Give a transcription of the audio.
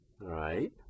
right